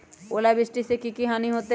ओलावृष्टि से की की हानि होतै?